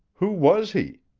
who was he?